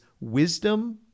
wisdom